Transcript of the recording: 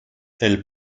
elle